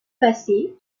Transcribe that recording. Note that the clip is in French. passé